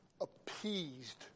appeased